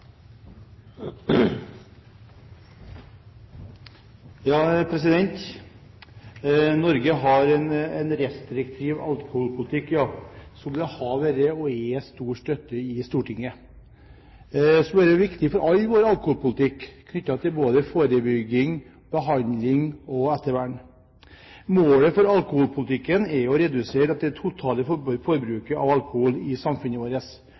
støtte for i Stortinget. Det skulle være viktig for all vår alkoholpolitikk knyttet til både forebygging, behandling og ettervern. Målet for alkoholpolitikken er å redusere det totale forbruket av alkohol i samfunnet vårt,